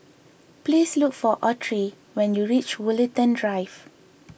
please look for Autry when you reach Woollerton Drive